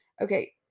Okay